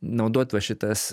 naudot va šitas